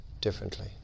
differently